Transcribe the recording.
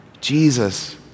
Jesus